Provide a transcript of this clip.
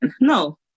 no